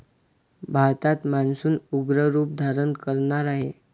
भारतात मान्सून उग्र रूप धारण करणार आहे